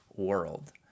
world